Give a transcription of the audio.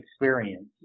experience